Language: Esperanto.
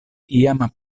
iam